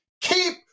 Keep